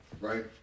right